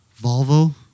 Volvo